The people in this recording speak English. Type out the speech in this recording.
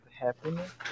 happiness